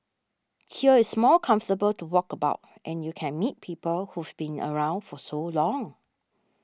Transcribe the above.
here it's more comfortable to walk about and you can meet people who've been around for so long